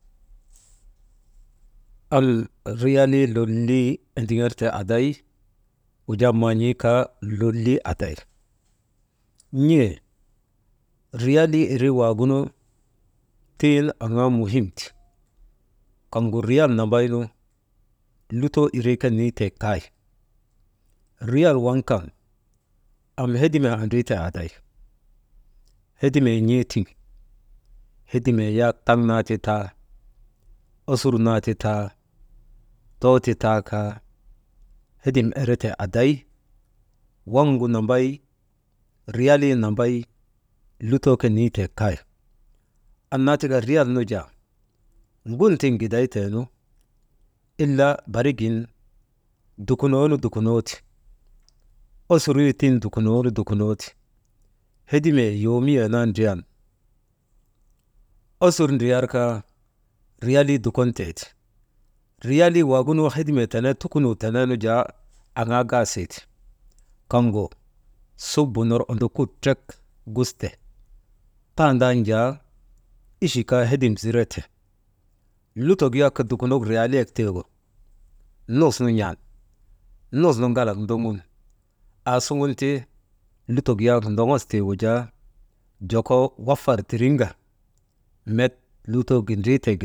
Am riyalii lolii endiŋertee aday wujaa man̰ii kaa lolii aday, n̰e riyalii irii waagunu tiŋ aŋaa muhim ti, kaŋgu riyal nambaynu lutoo irii ke nitee kay, riyal waŋ kan am hedimee andriitee aday hedimee n̰ee tiŋ hedimee yak taŋ naa ti taa, osur naa ti taa, too ti taakaa, hedim eretee aday waŋgu nambay riyalii nambay lutoo ke niitee kay annaa tika riyal nujaa, gun tiŋ gidaytee nu ilaa barigin dukunoonu, osur yitin dukunoonu dukunoo ti hedimee yoomiyee naa ndriyan osur ndriyar kaa riyalii dukon tee ti, riyaalii tenee tukunuu tenee nu jaa, aŋaa gaasii ti kaŋ subu ner ondokur trek guste tandan jaa ichi kaa hedim zirete, lutok yak dukunok riyalayek tiigu nusnu n̰an nusnu ŋalak ndoŋun aasuŋun ti lutok yak ndogos tiigu jaa joko wafar tiriŋka met lutoo gindrii te.